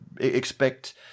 expect